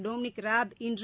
Dominic Raab இன்று